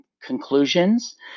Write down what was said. conclusions